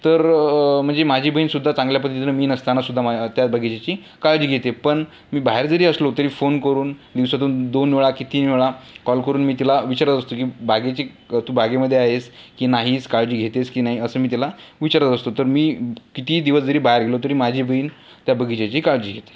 तर म्हणजे माझी बहीणसुद्धा चांगल्या पद्धतीनं मी नसताना सुद्धा मा त्या बगीचेची काळजी घेते पण मी बाहेर जरी असलो तरी फोन करून दिवसातून दोन वेळा की तीन वेळा कॉल करून मी तिला विचारत असतो की बागेची तू क बागेमध्ये आहेस की नाहीस काळजी घेतेस की नाही असं मी तिला विचारत असतो तर मी क किती दिवस जरी बाहेर गेलो तरी माझी बहीण त्या बगीचाची काळजी घेते